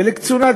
וגם לקצונה,